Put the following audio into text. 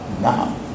now